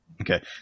Okay